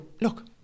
look